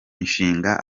mishinga